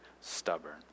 stubborn